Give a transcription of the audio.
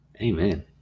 amen